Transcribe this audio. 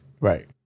Right